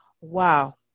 Wow